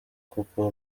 kuko